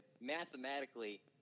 mathematically